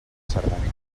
cerdanya